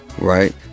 right